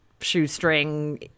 shoestring